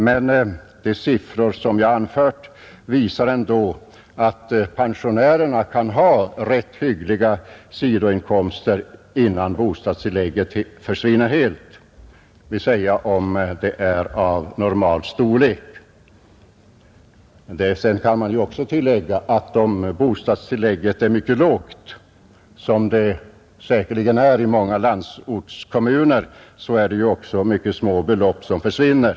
Men de siffror jag anfört visar Nr 79 ändå att pensionärerna kan ha rätt hyggliga sidoinkomster innan Torsdagen den bostadstillägget försvinner helt, om detta är av normal storlek. Sedan kan 6 maj 1971 man ju också säga, att om bostadstillägget är mycket lågty som det ———— säkerligen är i många landsortskommuner, är det ju också mycket små Inkomstprövningsbelopp som försvinner.